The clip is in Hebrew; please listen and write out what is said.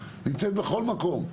נמצאת בכל מקום,